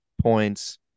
points